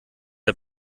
der